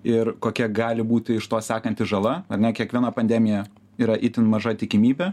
ir kokia gali būti iš to sekanti žala ar ne kiekviena pandemija yra itin maža tikimybė